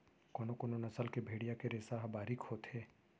कोनो कोनो नसल के भेड़िया के रेसा ह बारीक होथे